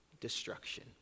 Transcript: destruction